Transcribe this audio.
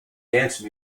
dance